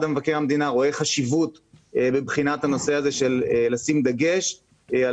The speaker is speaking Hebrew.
מבקר המדינה רואה חשיבות בבחינת הנושא הזה של לשים דגש על